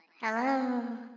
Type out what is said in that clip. hello